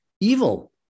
evil